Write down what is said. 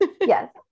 Yes